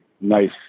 nice